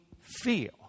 feel